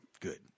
Good